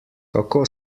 kako